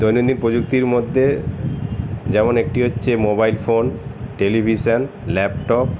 দৈনন্দিন প্রযুক্তির মধ্যে যেমন একটি হচ্ছে মোবাইল ফোন টেলিভিশান ল্যাপটপ